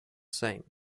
same